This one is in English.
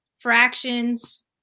fractions